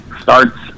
Starts